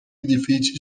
edifici